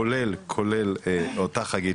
כולל אותך חגית,